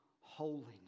holiness